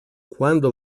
quando